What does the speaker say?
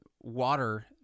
water